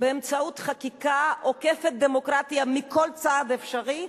באמצעות חקיקה עוקפת-דמוקרטיה מכל צד אפשרי,